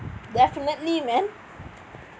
definitely man